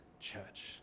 church